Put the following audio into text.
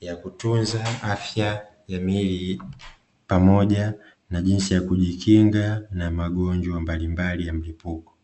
ya kutunza afya ya miili, pamoja na jinsi ya kujikinga na magonjwa mbalimbali ya mlipuko.